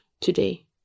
today